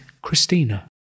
Christina